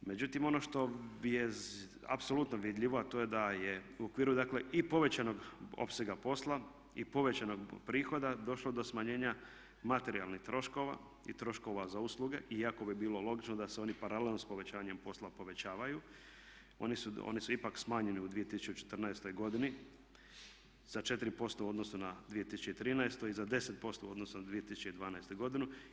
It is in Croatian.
Međutim, ono što je apsolutno vidljivo, a to je da je u okviru dakle i povećanog opsega posla i povećanog prihoda došlo do smanjenja materijalnih troškova i troškova za usluge iako bi bilo logično da se oni paralelno s povećanjem posla povećavaju oni su ipak smanjeni u 2014. godini za 4% u odnosu na 2013. i za 10% u odnosu na 2012. godinu.